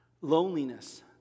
Loneliness